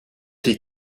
die